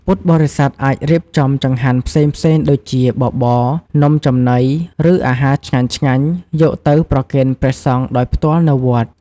ពុទ្ធបរិស័ទអាចរៀបចំចង្ហាន់ផ្សេងៗដូចជាបបរ នំចំណី ឬអាហារឆ្ងាញ់ៗយកទៅប្រគេនព្រះសង្ឃដោយផ្ទាល់នៅវត្ត។